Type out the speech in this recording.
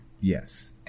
Yes